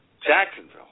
Jacksonville